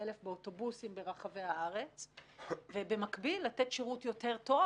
באוטובוסים ברחבי הארץ ובמקביל לתת שירות יותר טוב